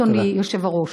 אדוני היושב-ראש,